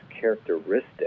characteristic